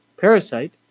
Parasite